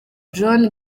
john